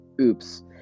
Oops